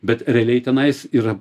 bet realiai tenais ir